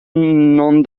non